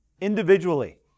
individually